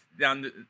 down